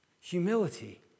Humility